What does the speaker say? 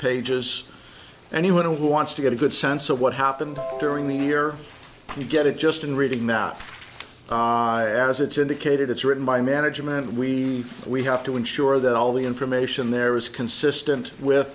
pages anyone who wants to get a good sense of what happened during the year can get it just in reading that as it's indicated it's written by management we we have to ensure that all the information there is consistent with